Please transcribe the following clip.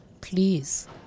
please